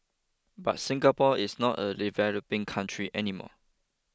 but Singapore is not a developing country any more